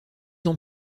ans